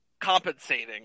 compensating